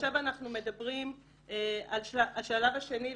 ועכשיו אנחנו מדברים על השלב השני,